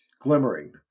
glimmering